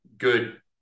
good